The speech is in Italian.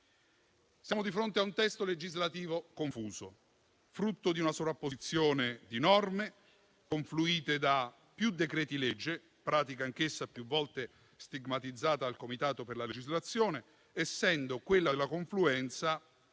Siamo di fronte a un testo legislativo confuso, frutto di una sovrapposizione di norme confluite da più decreti-legge, pratica anch'essa più volte stigmatizzata dal Comitato per la legislazione, essendo quello della confluenza